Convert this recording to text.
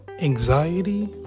anxiety